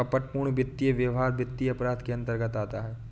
कपटपूर्ण वित्तीय व्यवहार वित्तीय अपराध के अंतर्गत आता है